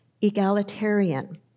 Egalitarian